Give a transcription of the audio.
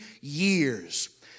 years